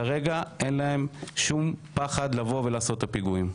כרגע אין להם שום פחד לבוא ולעשות את הפיגועים.